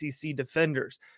defenders